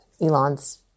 Elon's